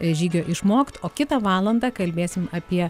žygio išmokt o kitą valandą kalbėsim apie